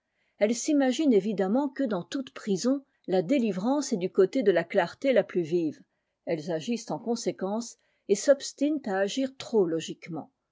elles s'imaginent évidemment que dans toute prison la délivrance est du côté de la clarté la plus vive elles agissent en conséquence et s'obstinent à agir trop logiquement